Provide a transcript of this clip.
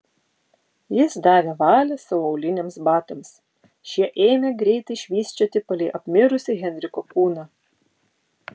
jis davė valią savo auliniams batams šie ėmė greitai švysčioti palei apmirusį henriko kūną